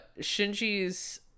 Shinji's